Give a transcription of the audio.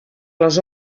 les